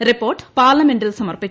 report പാർലമെന്റിൽ സമർപ്പിച്ചു